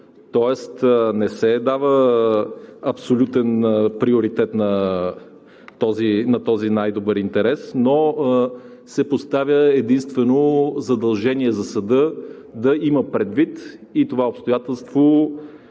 Тоест не се дава абсолютен приоритет на този най-добър интерес, но се поставя задължение за съда да има предвид единствено това обстоятелство